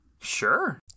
Sure